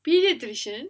pediatrician